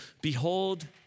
behold